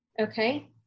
okay